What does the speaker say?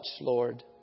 Lord